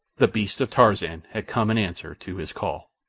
the beasts of tarzan had come in answer to his call.